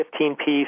15-piece